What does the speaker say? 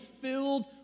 filled